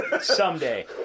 someday